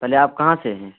پہلے آپ کہاں سے ہیں